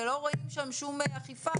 ולא רואים שם שום אכיפה,